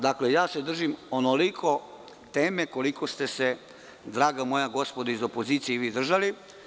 Dakle, držim se onoliko teme koliko ste se, draga moja gospodo iz opozicije, i vi držali.